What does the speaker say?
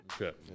Okay